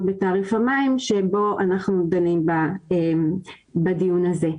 בתעריף המים שבו אנחנו דנים בדיון הזה.